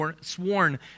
sworn